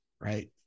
Right